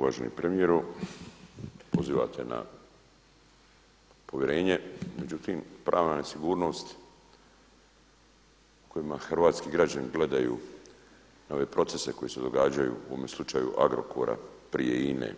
Uvaženi premijeru, pozivate na povjerenje, međutim pravna nesigurnost kojima hrvatski građani gledaju na ove procese koji se događaju u ovome slučaju Agrokora, prije INA-e